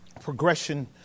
progression